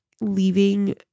leaving